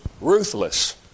Ruthless